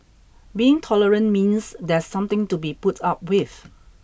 being tolerant means there's something to be put up with